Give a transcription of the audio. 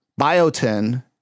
biotin